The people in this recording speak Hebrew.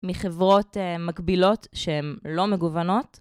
מחברות מקבילות שהן לא מגוונות.